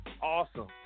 Awesome